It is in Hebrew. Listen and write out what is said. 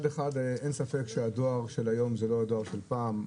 אין ספק שהדואר של היום זה לא הדואר של פעם.